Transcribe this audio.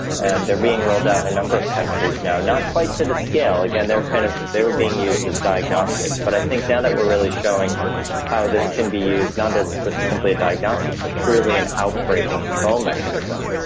and they're being rolled out a number of countries now, not quite to the scale. again, they're kind of they were being used as diagnostics. but i think now that we're really showing how this can be used, not as simply a diagnostic, but truly an outbreak control mechanism,